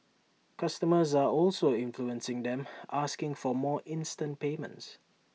customers are also influencing them asking for more instant payments